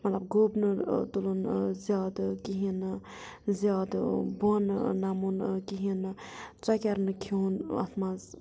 مطلب گوبنہٕ تُلُن زیادٕ کِہیٖنۍ نہٕ زیادٕ بۄن نَمُن کِہیٖنۍ نہٕ ژۄک نہٕ کھیوٚن اَتھ منٛز